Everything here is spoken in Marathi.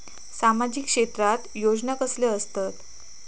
सामाजिक क्षेत्रात योजना कसले असतत?